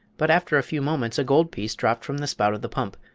but after a few moments a gold piece dropped from the spout of the pump,